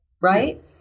right